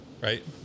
right